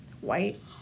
white